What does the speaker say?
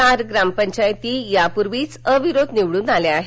चार ग्रामपंचायती यापूर्वीच अविरोध निवडून आल्या आहेत